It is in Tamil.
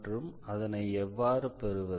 மற்றும் அதனை எவ்வாறு பெறுவது